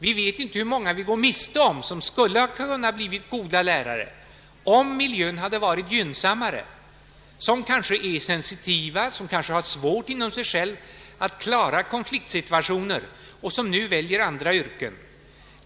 Vi vet inte hur många vi går miste om, som skulle ha kunnat bli goda lärare om miljön hade varit gynnsammare, människor som kanske är sensitiva, som kanske har det svårt inom sig att klara konfliktsituationer och som nu väljer andra yrken.